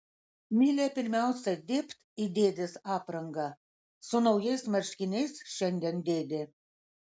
milė pirmiausia dėbt į dėdės aprangą su naujais marškiniais šiandien dėdė